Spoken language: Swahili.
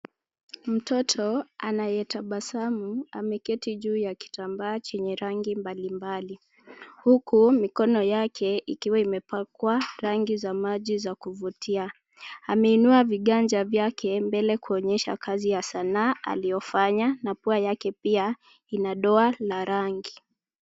Mtoto anayetabasamu ameketi juu ya kitambaa chenye rangi mbalimbali uku mikono yake ikiwa imepakwa rangi za maji za kuvutia. Ameinua viganja vyake mbele kuonyesha kazi ya sanaa aliofanya na pua yake pia ina doa la rangi.